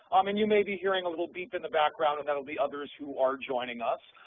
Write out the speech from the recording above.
um and you may be hearing a little beep in the background, and that will be others who are joining us.